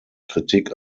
kritik